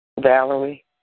Valerie